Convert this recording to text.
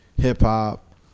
hip-hop